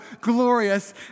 glorious